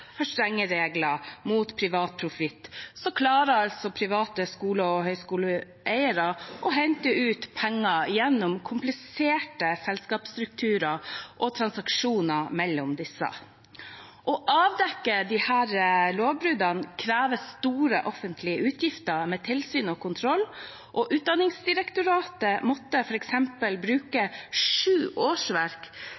for strenge regler mot privat profitt klarer private skole- og høyskoleeiere å hente ut penger gjennom kompliserte selskapsstrukturer og transaksjoner mellom disse. Å avdekke slike lovbrudd krever store offentlige utgifter til tilsyn og kontroll. Utdanningsdirektoratet måtte f.eks. bruke